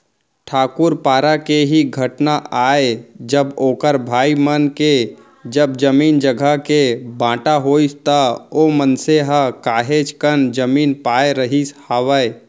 ठाकूर पारा के ही घटना आय जब ओखर भाई मन के जब जमीन जघा के बाँटा होइस त ओ मनसे ह काहेच कन जमीन पाय रहिस हावय